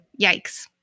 yikes